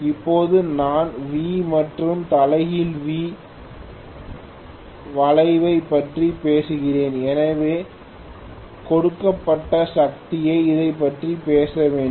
இப்போது நான் வி மற்றும் தலைகீழ் வி வளைவைப் பற்றி பேசுகிறேன் எனவே கொடுக்கப்பட்ட சக்தியில் இதைப் பற்றி பேச வேண்டும்